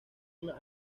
una